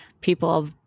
people